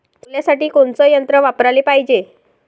सोल्यासाठी कोनचं यंत्र वापराले पायजे?